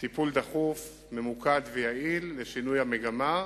טיפול דחוף, ממוקד ויעיל לשינוי המגמה.